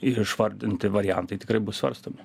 išvardinti variantai tikrai bus svarstomi